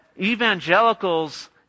evangelicals